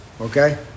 Okay